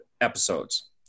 episodes